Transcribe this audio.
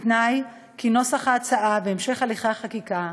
בתנאי שנוסח ההצעה והמשך הליכי החקיקה